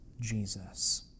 Jesus